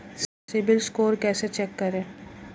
CIBIL score कैसे check करें?